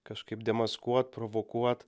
kažkaip demaskuot provokuot